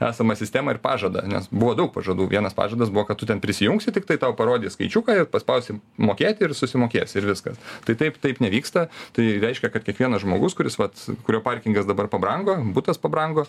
esamą sistemą ir pažadą nes buvo daug pažadų vienas pažadas buvo kad tu ten prisijungsiu tiktai tau parodys skaičiuką ir paspausi mokėti ir susimokėsi ir viskas tai taip taip nevyksta tai reiškia kad kiekvienas žmogus kuris vat kurio parkingas dabar pabrango butas pabrango